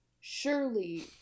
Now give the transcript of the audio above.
Surely